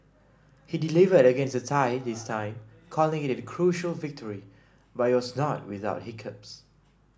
he delivered against the Thai this time calling it a crucial victory but it was not without hiccups